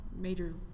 major